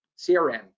CRM